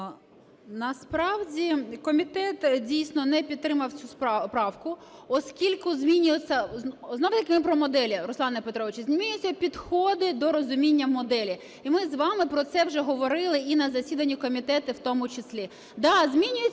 Насправді комітет, дійсно, не підтримав цю правку, оскільки змінюється, знову-таки, ми про моделі, Руслане Петровичу, змінюються підходи до розуміння моделі. І ми з вами про це вже говорили, і на засіданні комітету в тому числі.